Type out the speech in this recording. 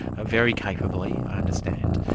very capably, i understand.